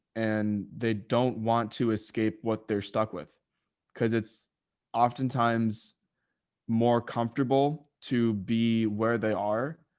and they don't want to escape what they're stuck with because it's oftentimes more comfortable to be where they are,